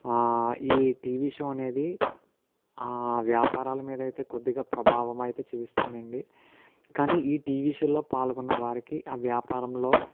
ఈ TV show అనేది వ్యాపారాల మీద అయితే కొద్దిగా ప్రభావం అయితే చూపిస్తుంది అండి కానీ ఈ టీవీ షోలో పాల్గొన్న వారికి ఆ వ్యాపారంలో